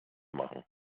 machen